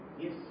Yes